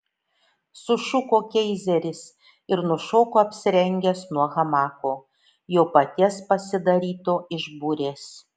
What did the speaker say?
sušuko keizeris ir nušoko apsirengęs nuo hamako jo paties pasidaryto iš burės